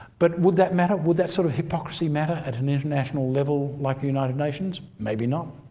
but would that matter? would that sort of hypocrisy matter at an international level like the united nations? maybe not.